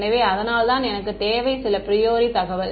எனவே அதனால்தான் எனக்கு தேவை சில ப்ரியோரி தகவல்